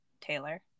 Taylor